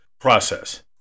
process